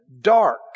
Dark